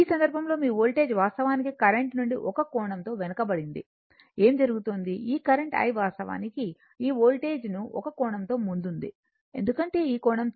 ఈ సందర్భంలో మీ వోల్టేజ్ వాస్తవానికి కరెంట్ నుండి ఒక కోణం θ తో వెనుకబడింది ఏమి జరుగుతోంది ఈ కరెంట్ I వాస్తవానికి ఈ వోల్టేజ్ ను ఒక కోణం θ తో ముందుంది ఎందుకంటే ఈ కోణం θ